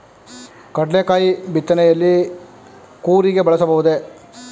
ಕಡ್ಲೆಕಾಯಿ ಬಿತ್ತನೆಯಲ್ಲಿ ಕೂರಿಗೆ ಬಳಸಬಹುದೇ?